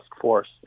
force